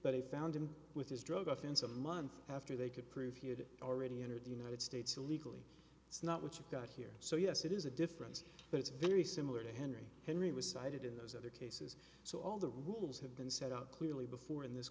but he found him with his drug offense a month after they could prove he had already entered the united states illegally that's not what you've got here so yes it is a difference but it's very similar to henry henry was cited in those other so all the rules have been set out clearly before in this